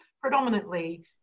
predominantly